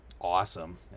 awesome